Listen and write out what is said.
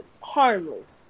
harmless